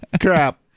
Crap